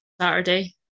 Saturday